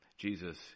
Jesus